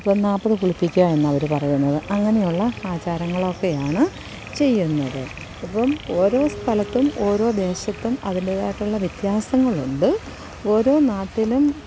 ഇപ്പം നാൽപ്പത് കുളിപ്പിക്കുക എന്ന് അവര് പറയുന്നത് അങ്ങനെയുള്ള ആചാരങ്ങൾ ഒക്കെയാണ് ചെയ്യുന്നത് ഇപ്പം ഓരോ സ്ഥലത്തും ഓരോ ദേശത്തും അതിൻ്റെതായിട്ടുള്ള വ്യത്യാസങ്ങളുണ്ട് ഓരോ നാട്ടിലും